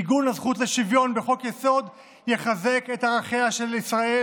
עיגון הזכות לשוויון בחוק-יסוד יחזק את ערכיה של ישראל